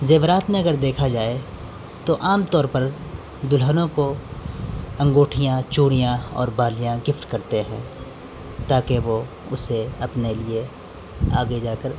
زیورات میں اگر دیکھا جائے تو عام طور پر دلہنوں کو انگوٹھیاں چوڑیاں اور بالیاں گفٹ کرتے ہیں تاکہ وہ اسے اپنے لیے آگے جا کر